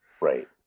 right